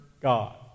God